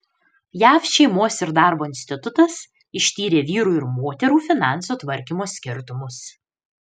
jav šeimos ir darbo institutas ištyrė vyrų ir moterų finansų tvarkymo skirtumus